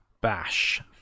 bash